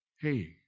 hey